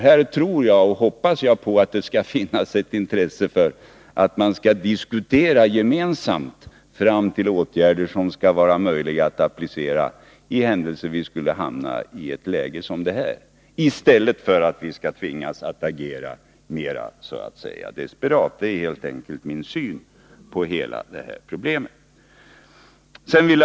Här tror och hoppas jag att det skall finnas ett intresse för att gemensamt diskutera sig fram till åtgärder som är möjliga att applicera för den händelse vi skulle hamna i ett läge som det här, så att vi inte tvingas agera mera desperat. Det är min syn på hela detta problem.